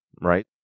right